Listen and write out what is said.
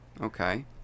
Okay